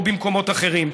או במקומות אחרים: